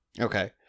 Okay